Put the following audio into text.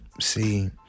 See